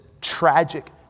tragic